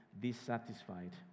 dissatisfied